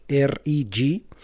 R-E-G